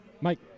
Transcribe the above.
Mike